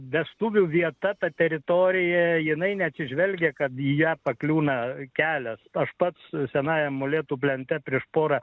vestuvių vieta ta teritorija jinai neatsižvelgia kad į ją pakliūna kelias aš pats senajam molėtų plente prieš porą